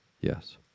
Yes